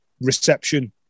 reception